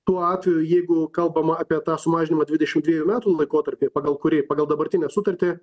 tuo atveju jeigu kalbama apie tą sumažinimą dvidešim dviejų metų laikotarpį pagal kurį pagal dabartinę sutartį